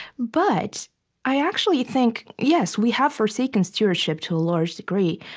but i actually think, yes, we have forsaken stewardship to large degree,